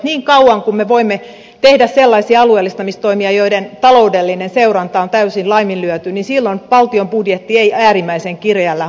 niin kauan kuin me voimme tehdä sellaisia alueellistamistoimia joiden taloudellinen seuranta on täysin laiminlyöty niin silloin valtion budjetti ei äärimmäisen kireällä ole